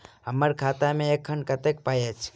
हम्मर खाता मे एखन कतेक पाई अछि?